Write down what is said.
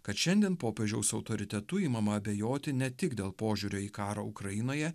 kad šiandien popiežiaus autoritetu imama abejoti ne tik dėl požiūrio į karą ukrainoje